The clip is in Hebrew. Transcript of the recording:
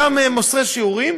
אותם מוסרי שיעורים,